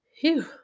phew